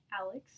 Alex